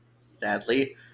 sadly